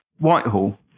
Whitehall